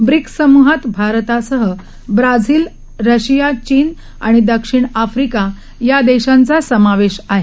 BRICS समूहात भारतासह Brazil Russia चीन आणि दक्षिण आफ्रिका या देशांचा समावेश आहे